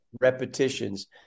repetitions